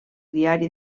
diari